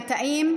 מהתאים,